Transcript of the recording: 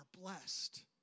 blessed